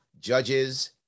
judges